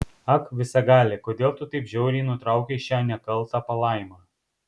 ak visagali kodėl tu taip žiauriai nutraukei šią nekaltą palaimą